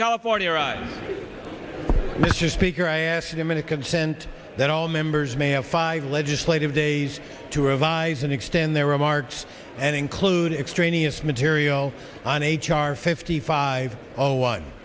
california right mr speaker i asked him in a consent that all members may have five legislative days to revise and extend their remarks and include extraneous material on h r fifty five zero one